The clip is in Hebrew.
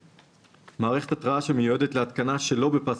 " מערכת התרעה שמיועדת להתקנה שלא בפס